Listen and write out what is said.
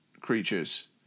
Creatures